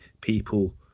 people